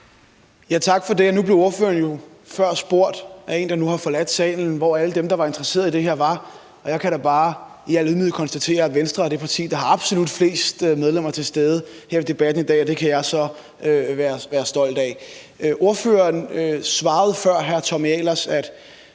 Tak for det. Ordføreren blev jo før spurgt af en, der nu har forladt salen, hvor alle dem, der var interesseret i det her, var. Jeg kan da bare i al ydmyghed konstatere, at Venstre er det parti, der har absolut flest medlemmer til stede her ved debatten i dag, og det kan jeg så være stolt af. Ordføreren svarede før hr. Tommy Ahlers, at